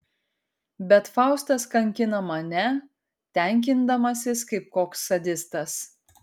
bet faustas kankina mane tenkindamasis kaip koks sadistas